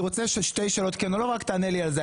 אני רוצה שתי שאלות ורק תענה לי כן או לא.